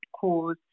cause